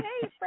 hey